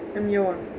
I'm year one